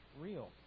real